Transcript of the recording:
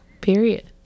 Period